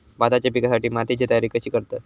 भाताच्या पिकासाठी मातीची तयारी कशी करतत?